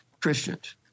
Christians